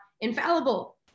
infallible